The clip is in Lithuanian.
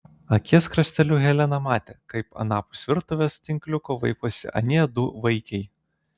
akies krašteliu helena matė kaip anapus virtuvės tinkliuko vaiposi anie du vaikiai